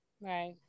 Right